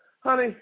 honey